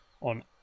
on